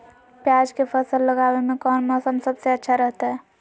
प्याज के फसल लगावे में कौन मौसम सबसे अच्छा रहतय?